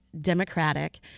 democratic